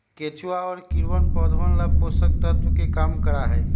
केचुआ और कीड़वन पौधवन ला पोषक तत्व के काम करा हई